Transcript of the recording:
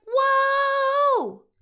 whoa